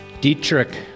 Dietrich